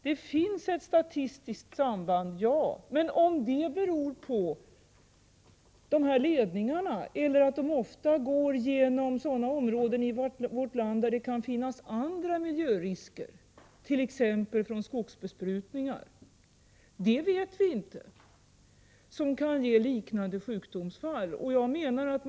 Det finns ett statistiskt samband, men om det beror på kraftledningarna eller på att de går genom sådana områden i vårt land där det kan finnas andra miljörisker, t.ex. från skogsbesprutningar, som kan ge upphov till liknande sjukdomsfall vet vi inte.